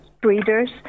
breeders